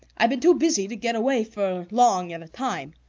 i've been too busy to get away for long at a time,